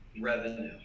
revenue